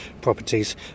properties